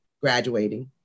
graduating